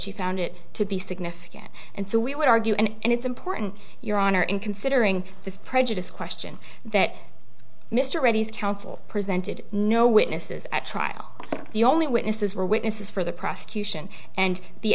she found it to be significant and so we would argue and it's important your honor in considering this prejudice question that mr reddy's counsel presented no witnesses at trial the only witnesses were witnesses for the prosecution and the